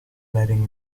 flooding